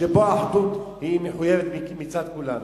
שבו האחדות היא מחויבת מצד כולנו.